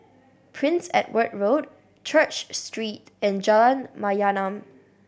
Prince Edward Road Church Street and Jalan Mayaanam